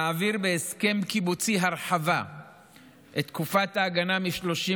להעביר בהסכם קיבוצי הרחבה של תקופת ההגנה מ-30